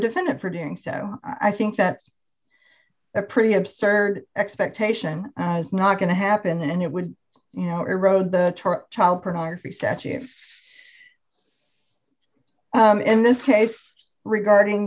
defendant for doing so i think that's a pretty absurd expectation is not going to happen and it would you know erode the child pornography statute if in this case regarding